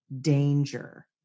danger